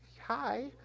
hi